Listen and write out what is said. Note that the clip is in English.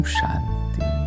Shanti